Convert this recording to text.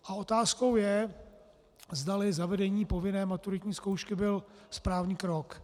A otázkou je, zdali zavedení povinné maturitní zkoušky byl správný krok.